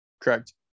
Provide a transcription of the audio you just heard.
Correct